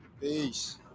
Peace